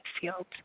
field